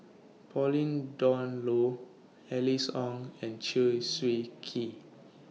Pauline Dawn Loh Alice Ong and Chew Swee Kee